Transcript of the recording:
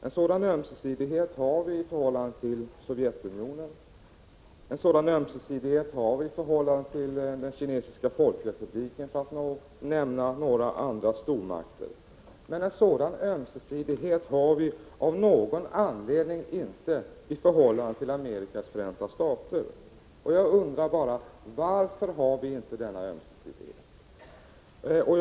En sådan ömsesidighet har vi i förhållande till Sovjetunionen och den kinesiska folkrepubliken, för att nämna ett par andra stormakter, men det har vi av någon anledning inte i förhållande till Amerikas förenta stater. Jag undrar bara: Varför har vi inte denna ömsesidighet?